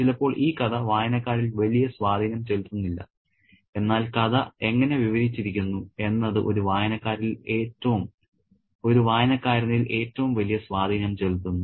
ചിലപ്പോൾ ഈ കഥ വായനക്കാരിൽ വലിയ സ്വാധീനം ചെലുത്തുന്നില്ല എന്നാൽ കഥ എങ്ങനെ വിവരിച്ചിരിക്കുന്നു എന്നത് ഒരു വായനക്കാരനിൽ ഏറ്റവും വലിയ സ്വാധീനം ചെലുത്തുന്നു